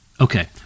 Okay